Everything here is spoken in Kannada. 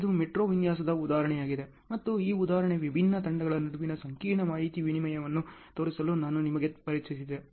ಇದು ಮೆಟ್ರೋ ವಿನ್ಯಾಸದ ಉದಾಹರಣೆಯಾಗಿದೆ ಮತ್ತು ಈ ಉದಾಹರಣೆಯು ವಿಭಿನ್ನ ತಂಡಗಳ ನಡುವಿನ ಸಂಕೀರ್ಣ ಮಾಹಿತಿ ವಿನಿಮಯವನ್ನು ತೋರಿಸಲು ನಾನು ನಿಮಗೆ ಪರಿಚಯಿಸಿದೆ